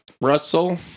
Russell